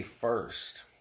first